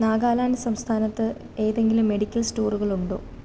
നാഗാലാൻഡ് സംസ്ഥാനത്ത് ഏതെങ്കിലും മെഡിക്കൽ സ്റ്റോറുകളുണ്ടോ